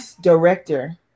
director